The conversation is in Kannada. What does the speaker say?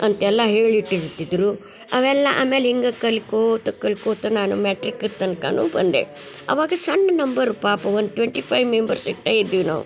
ಅಂತೆಲ್ಲ ಹೇಳಿಟ್ಟಿರ್ತಿದ್ದರು ಅವೆಲ್ಲ ಆಮೇಲೆ ಹಿಂಗೆ ಕಲ್ಕೋತ ಕಲ್ಕೋತ ನಾನು ಮ್ಯಾಟ್ರಿಕ್ ತನಕಾನು ಬಂದೆ ಅವಾಗ ಸಣ್ಣ ನಂಬರು ಪಾಪ ಒಂದು ಟ್ವೆಂಟಿ ಫೈವ್ ಮೆಂಬರ್ಸ್ ಇಟ್ಟೇ ಇದ್ವಿ ನಾವು